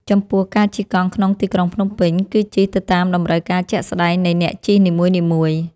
ចំពោះ ការជិះកង់ក្នុងទីក្រុងភ្នំពេញ គឺជិះទៅតាមតម្រូវការជាក់ស្ដៃងនៃអ្នកជិះនីមួយៗ។